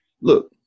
Look